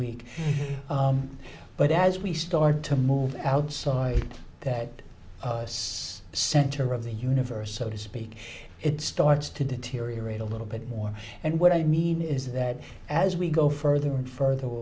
week but as we start to move outside that us center of the universe so to speak it starts to deteriorate a little bit more and what i mean is that as we go further and further